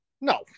No